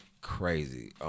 crazy